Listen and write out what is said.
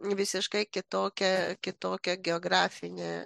visiškai kitokią kitokią geografinę